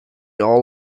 all